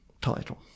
title